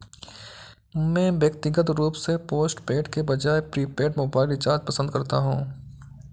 मैं व्यक्तिगत रूप से पोस्टपेड के बजाय प्रीपेड मोबाइल रिचार्ज पसंद करता हूं